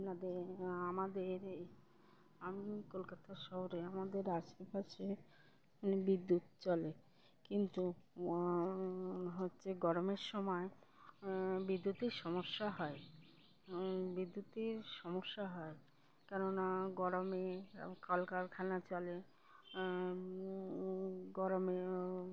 আপনাদের আমাদের আমি কলকাতা শহরে আমাদের আশেপাশে মানে বিদ্যুৎ চলে কিন্তু হচ্ছে গরমের সময় বিদ্যুতের সমস্যা হয় বিদ্যুতের সমস্যা হয় কেন না গরমে কল কারখানা চলে গরমে